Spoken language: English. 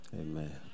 Amen